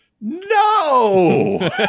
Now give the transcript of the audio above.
No